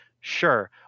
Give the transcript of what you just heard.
Sure